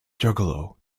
juggalo